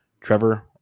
Trevor